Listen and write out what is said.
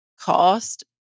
cost